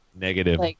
Negative